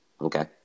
Okay